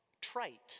trite